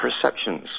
perceptions